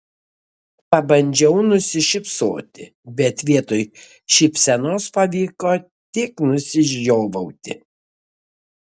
pabandžiau nusišypsoti bet vietoj šypsenos pavyko tik nusižiovauti